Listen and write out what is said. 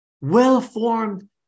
Well-formed